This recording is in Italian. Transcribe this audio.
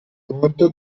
conto